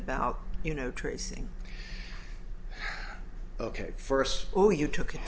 about you know tracing ok first oh you took it